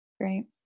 Great